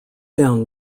down